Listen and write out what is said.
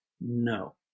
no